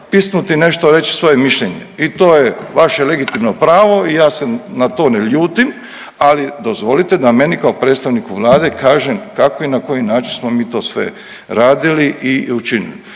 pisnuti nešto, reći svoje mišljenje. I to je vaše legitimno pravo i ja se na to ne ljutim. Ali dozvolite da meni kao predstavniku Vlade kažem kako i na koji način smo mi to sve radili i učinili.